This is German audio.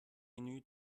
menü